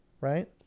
right